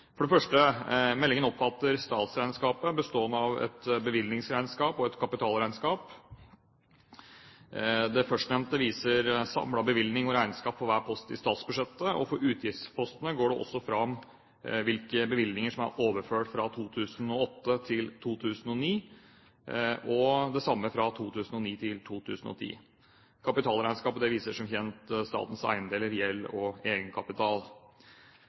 For det første: Meldingen omfatter statsregnskapet bestående av et bevilgningsregnskap og et kapitalregnskap. Det førstnevnte viser samlet bevilgning og regnskap på hver post i statsbudsjettet. Av utgiftspostene går det også fram hvilke bevilgninger som er overført fra 2008 til 2009, og det samme fra 2009–2010. Kapitalregnskapet viser som kjent statens eiendeler, gjeld og egenkapital.